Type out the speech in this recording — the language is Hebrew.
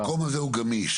המקום הזה הוא גמיש.